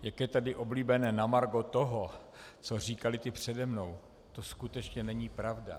Jak je tady oblíbené, na margo toho, co říkali ti přede mnou to skutečně není pravda.